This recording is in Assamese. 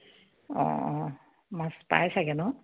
অঁ অঁ মাছ পাই চাগে ন